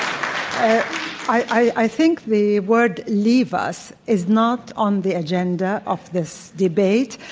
i think the words leave us is not on the agenda of this debate.